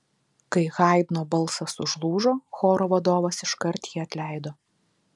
kai haidno balsas užlūžo choro vadovas iškart jį atleido